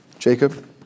Jacob